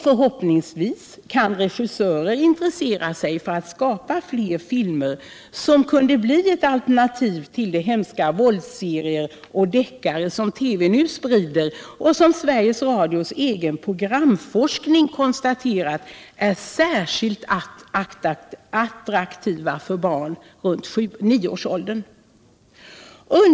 Förhoppningsvis kan regissörer intressera sig för att skapa fler filmer som kunde bli ett alternativ till de hemska våldsserier och deckare som TV nu sprider och som Sveriges Radios egen programforskning konstaterat är särskilt attraktiva för barn runt nioårsåldern.